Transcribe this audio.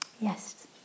Yes